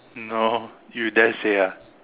no you dare to say ah